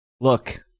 Look